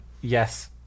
yes